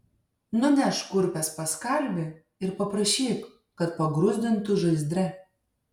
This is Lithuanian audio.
nunešk kurpes pas kalvį ir paprašyk kad pagruzdintų žaizdre